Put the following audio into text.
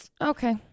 Okay